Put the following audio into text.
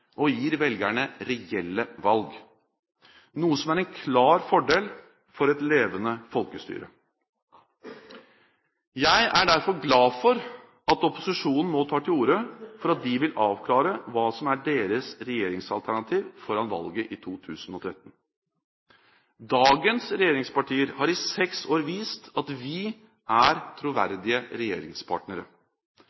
og gir velgerne reelle valg – noe som er en klar fordel for et levende folkestyre. Jeg er derfor glad for at opposisjonen nå tar til orde for at de vil avklare hva som er deres regjeringsalternativ foran valget i 2013. Dagens regjeringspartier har i seks år vist at vi er